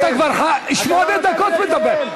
אתה כבר שמונה דקות מדבר.